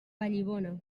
vallibona